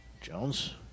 Jones